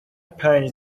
پنج